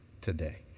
today